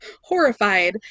horrified